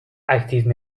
اکتیو